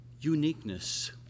uniqueness